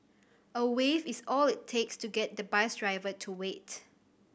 a wave is all it takes to get the bus driver to wait